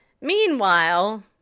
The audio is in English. Meanwhile